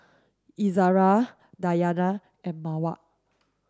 Izzara Diyana and Mawar